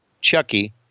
Chucky